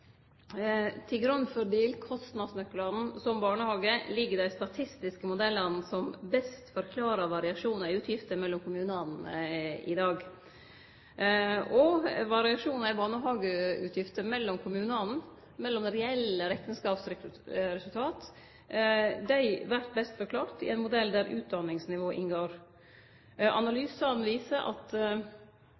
til kommunen? Til grunn for delkostnadsnøklane for barnehagane ligg dei statistiske modellane som best forklarar variasjonar i utgifter mellom kommunane i dag. Variasjonar i barnehageutgifter mellom kommunane, mellom reelle rekneskapsresultat, vert best forklarte i ein modell der utdanningsnivå inngår. Analysane viser at